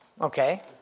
Okay